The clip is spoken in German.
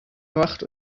macht